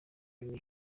loni